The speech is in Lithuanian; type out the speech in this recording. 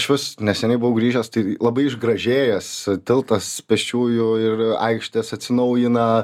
išvis neseniai buvau grįžęs tai labai išgražėjęs tiltas pėsčiųjų ir aikštės atsinaujina